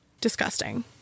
Disgusting